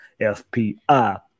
FPI